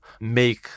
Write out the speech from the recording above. make